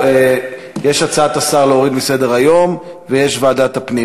יש הצעת השר להוריד מסדר-היום, ויש ועדת הפנים.